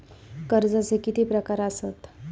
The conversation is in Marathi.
कर्जाचे किती प्रकार असात?